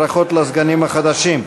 ברכות לסגנים החדשים.